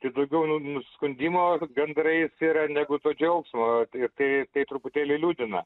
tai daugiau nu nusiskundimų gandrais yra negu to džiaugsmo tai ir tai tai truputėlį liūdina